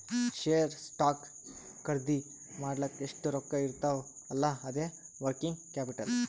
share, stock ಖರ್ದಿ ಮಾಡ್ಲಕ್ ಎಷ್ಟ ರೊಕ್ಕಾ ಇರ್ತಾವ್ ಅಲ್ಲಾ ಅದೇ ವರ್ಕಿಂಗ್ ಕ್ಯಾಪಿಟಲ್